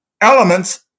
elements